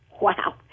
Wow